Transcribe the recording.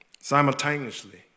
Simultaneously